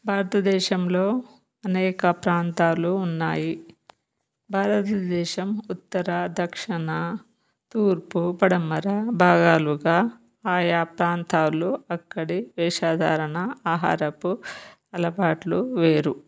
భారతదేశంలో అనేక ప్రాంతాలు ఉన్నాయి భారతదేశం ఉత్తర దక్షిణ తూర్పు పడమర భాగాలుగా ఆయా ప్రాంతాలు అక్కడి వేషాధారణ ఆహారపు అలవాట్లు వేరు